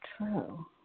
true